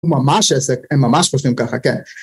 ‫הוא ממש עסק, ‫הם ממש פושטים ככה, כן.